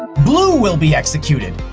blue will be executed.